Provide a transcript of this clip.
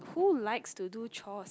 who likes to do chores